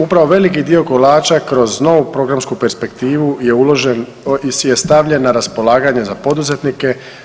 Upravo veliki dio kolača kroz novu programsku perspektivu je uložen, je stavljen na raspolaganje za poduzetnike.